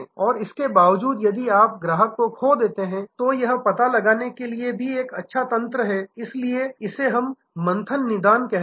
और इसके बावजूद यदि आप ग्राहक को खो देते हैं तो यह पता लगाने के लिए एक अच्छा तंत्र भी है इसलिए इसे हम मंथन निदान कहते हैं